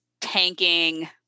tanking